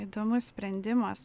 įdomus sprendimas